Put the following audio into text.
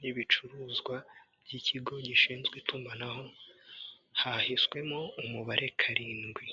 n'ibicuruzwa by'ikigo gishinzwe itumanaho hahiswemo umubare karindwi.